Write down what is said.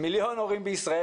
יותר ממיליון הורים בישראל,